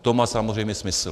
To má samozřejmě smysl.